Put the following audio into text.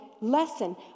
lesson